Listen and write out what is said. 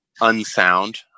unsound